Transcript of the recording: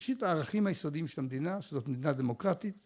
הערכים היסודיים של המדינה, שזאת מדינה דמוקרטית